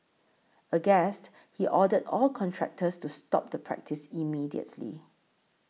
aghast he ordered all contractors to stop the practice immediately